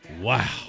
Wow